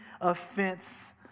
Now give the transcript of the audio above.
offense